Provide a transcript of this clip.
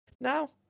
now